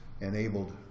enabled